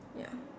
ya